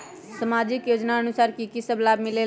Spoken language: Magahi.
समाजिक योजनानुसार कि कि सब लाब मिलीला?